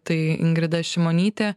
tai ingrida šimonytė